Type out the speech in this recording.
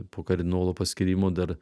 po kardinolo paskyrimo dar